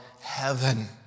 heaven